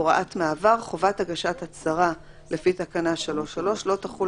הוראת מעבר 14. חובת הגשת הצהרה לפי תקנה 3(3) לא תחול